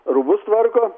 rūbus tvarko